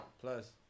Plus